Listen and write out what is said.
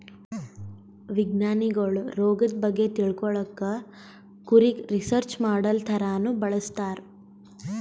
ವಿಜ್ಞಾನಿಗೊಳ್ ರೋಗದ್ ಬಗ್ಗೆ ತಿಳ್ಕೊಳಕ್ಕ್ ಕುರಿಗ್ ರಿಸರ್ಚ್ ಮಾಡಲ್ ಥರಾನೂ ಬಳಸ್ತಾರ್